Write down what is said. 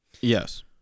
Yes